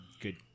good